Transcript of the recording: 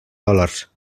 dòlars